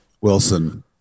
Wilson